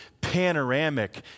panoramic